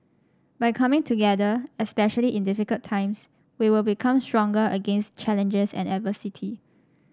by coming together especially in difficult times we will become stronger against challenges and adversity